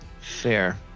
fair